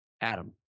Adam